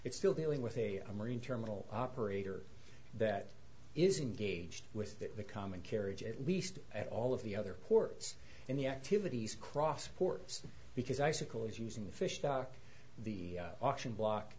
it still dealing with a marine terminal operator that isn't gauged with the common carriage at least at all of the other ports in the activities cross ports because icicle is using the fish stock the auction block